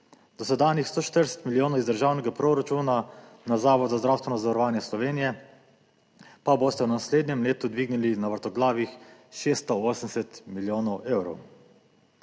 dosedanjih 140 milijonov iz državnega proračuna na Zavod za zdravstveno zavarovanje Slovenije pa boste v naslednjem letu dvignili na vrtoglavih 680 milijonov evrov.